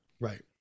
Right